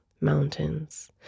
mountains